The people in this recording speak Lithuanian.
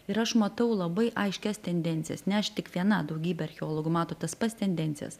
ir aš matau labai aiškias tendencijas ne aš tik viena daugybė archeologų mato tas pats tendencijas